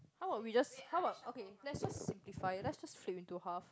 how about we just how about okay let's us simplify it let's just flip into half